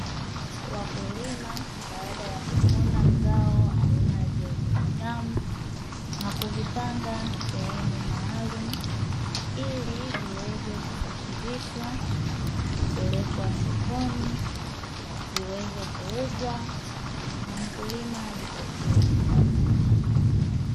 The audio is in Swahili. Wakulima baada ya kuvuna zao aina ya viazi vitamu na kuvipanga sehemu maalumu ili viweze kusafirishwa na kupelekwa sokoni. Viweze kuuzwa na mkulima na ajipatie kipato.